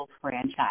franchise